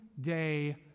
day